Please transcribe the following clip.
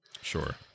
Sure